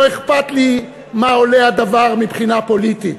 לא אכפת לי מה עולה הדבר מבחינה פוליטית.